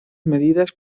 medidas